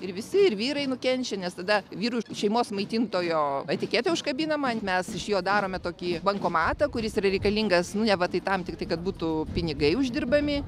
ir visi ir vyrai nukenčia nes tada vyrui šeimos maitintojo etiketė užkabinama ant mes iš jo darome tokį bankomatą kuris reikalingas neva tai tam tiktai kad būtų pinigai uždirbami